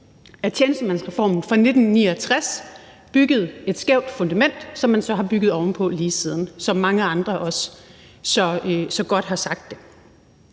tjenestemandsreformen fra 1969 byggede et skævt fundament, som man så har bygget ovenpå lige siden, som mange andre også så godt har sagt det.